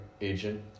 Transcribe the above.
agent